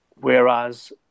Whereas